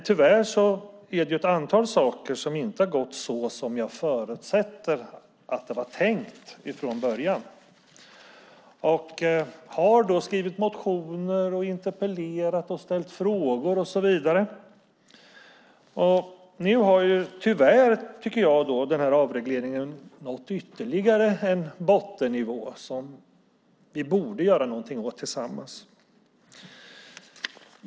Tyvärr är det dock ett antal saker som inte gått så som jag förutsätter att det från början var tänkt. Jag har därför skrivit motioner, interpellerat, ställt frågor och så vidare. Nu tycker jag att avregleringen tyvärr har nått ytterligare en bottennivå, som vi tillsammans borde göra någonting åt.